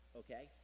okay